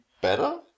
better